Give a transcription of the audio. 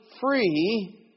free